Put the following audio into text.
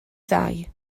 ddau